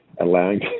allowing